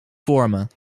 vormen